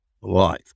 life